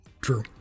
True